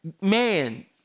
man